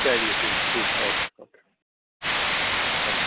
چلیے ٹھیک ٹھیک ہے اوکے اوکے تھینک یو